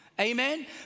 amen